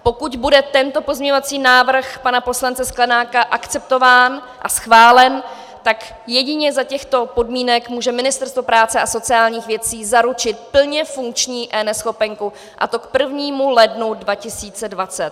Pokud bude tento pozměňovací návrh pana poslance Sklenáka akceptován a schválen, tak jedině za těchto podmínek může Ministerstvo práce a sociálních věcí zaručit plně funkční eNeschopenku, a to k 1. lednu 2020.